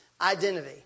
identity